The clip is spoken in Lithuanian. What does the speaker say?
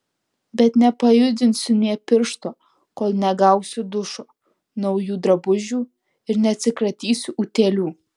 bet nepajudinsiu nė piršto kol negausiu dušo naujų drabužių ir neatsikratysiu utėlių